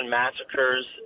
massacres